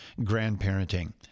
grandparenting